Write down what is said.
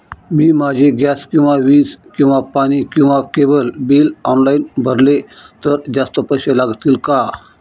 मी माझे गॅस किंवा वीज किंवा पाणी किंवा केबल बिल ऑनलाईन भरले तर जास्त पैसे लागतील का?